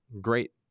great